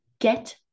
get